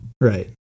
Right